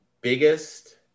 Biggest